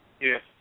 Yes